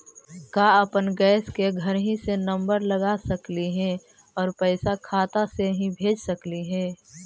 का अपन गैस के घरही से नम्बर लगा सकली हे और पैसा खाता से ही भेज सकली हे?